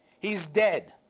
he's dead.